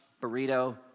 burrito